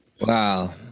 Wow